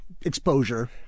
exposure